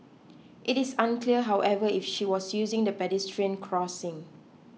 it is unclear however if she was using the pedestrian crossing